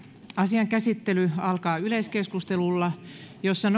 asian käsittely alkaa yleiskeskustelulla jossa